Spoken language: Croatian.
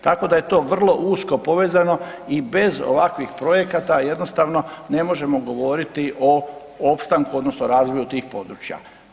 Tako da je to vrlo usko povezano i bez ovakvih projekata, jednostavno ne možemo govoriti o opstanku odnosno razvoju tih područja.